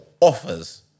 offers